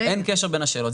אין קשר בין השאלות.